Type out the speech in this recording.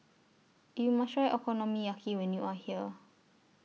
YOU must Try Okonomiyaki when YOU Are here